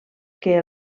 que